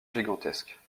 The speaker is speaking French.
gigantesques